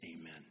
Amen